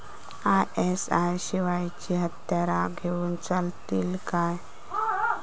ISI शिवायची हत्यारा घेऊन चलतीत काय?